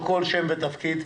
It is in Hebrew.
בבקשה.